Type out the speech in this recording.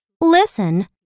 Listen